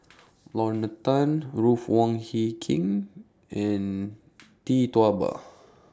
Lorna Tan Ruth Wong Hie King and Tee Tua Ba